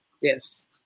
Yes